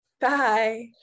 Bye